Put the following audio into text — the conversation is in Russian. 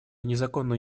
незаконной